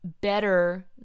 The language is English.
better